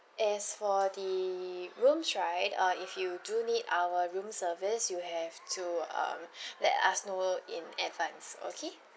as for the rooms right uh if you do need our room service you have to um let us know in advance okay